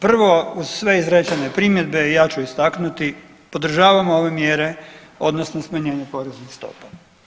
Prvo, uz sve izrečene primjedbe ja ću istaknuti, podržavamo ove mjere odnosno smanjenje poreznih stopa.